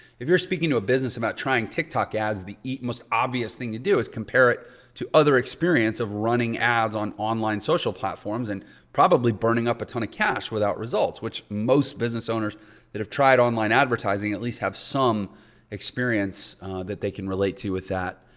if you're speaking to a business about trying tiktok as the most obvious thing to do is compare it to other experience of running ads on online social platforms and probably burning up a ton of cash without results which most business owners that have tried online advertising at least have some experience that they can relate to with that.